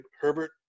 Herbert